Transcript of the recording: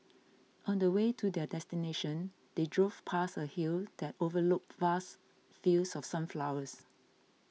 on the way to their destination they drove past a hill that overlooked vast fields of sunflowers